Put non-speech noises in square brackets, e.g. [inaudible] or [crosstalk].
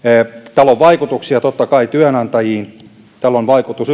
tällä on vaikutuksia totta kai työnantajiin tällä on vaikutus [unintelligible]